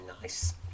nice